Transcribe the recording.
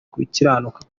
gukiranuka